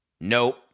nope